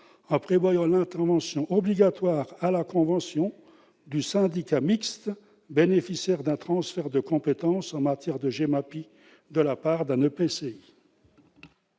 en prévoyant l'intervention obligatoire à la convention du syndicat mixte bénéficiaire d'un transfert de compétence GEMAPI de la part d'un EPCI.